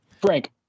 Frank